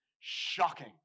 Shocking